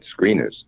screeners